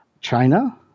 China